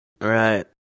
Right